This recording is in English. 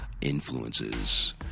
influences